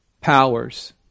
powers